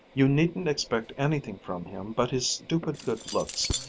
you needn't expect anything from him but his stupid good-looks,